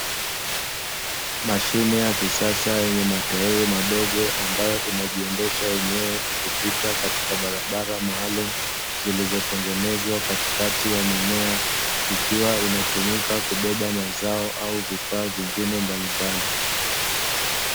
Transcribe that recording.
Mashine ya kisasa yenye matairi madogo ambayo inajiendesha yenyewe, ikipita katika barabara maalumu zilizotengenezwa katikati ya mimea ikiwa inatumika kubeba mazao au vifaa vingine mbalimbali.